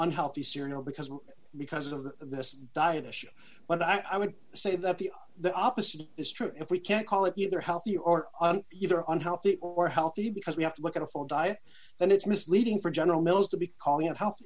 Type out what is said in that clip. unhealthy cereal because because of the diet issue but i would say that the the opposite is true if we can't call it either healthy or an either unhealthy or healthy because we have to look at a full diet and it's misleading for general mills to be calling it he